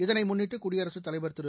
இதனை முன்னிட்டு குடியரசுத் தலைவர் திரு